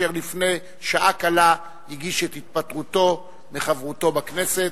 אשר לפני שעה קלה הגיש את התפטרותו מחברותו בכנסת,